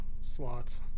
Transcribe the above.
slots